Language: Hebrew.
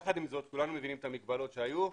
יחד עם זאת, כולנו מבינים את המגבלות שהיו,